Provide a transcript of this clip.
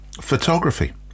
photography